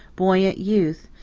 buoyant youth,